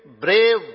brave